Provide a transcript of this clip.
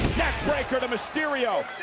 neckbreaker to mysterio.